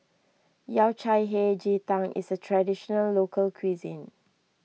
Yao Cai Hei Ji Tang is a Traditional Local Cuisine